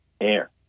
air